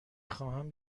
خواهم